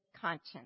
conscience